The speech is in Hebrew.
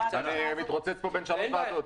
התרוצצתי בין שלוש ועדות.